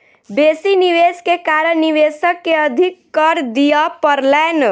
बेसी निवेश के कारण निवेशक के अधिक कर दिअ पड़लैन